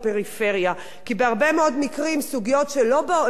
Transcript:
כי בהרבה מאוד מקרים סוגיות שלא עולות לסדר-היום